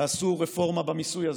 תעשו רפורמה במיסוי הזה.